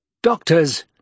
Doctors